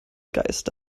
geiste